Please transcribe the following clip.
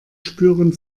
spüren